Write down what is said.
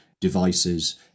devices